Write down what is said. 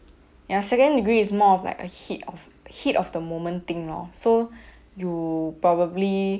ya second degree is more of like a heat of heat of the moment thing lor so you probably